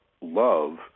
love